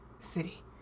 city